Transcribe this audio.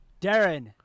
Darren